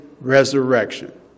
resurrection